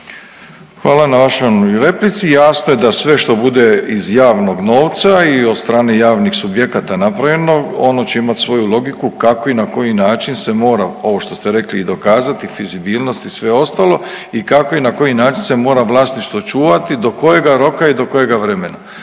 Hvala na vašem replici. Jasno da sve što bude iz javnog novca i od strane javnih subjekata napravljeno, ono će imati svoju logiku kako i na koji način se mora, ovo što ste rekli i dokazati, fizibilnost i sve ostalo i kako i na koji način se mora vlasništvo čuvati, do kojega roka i do kojega vremena.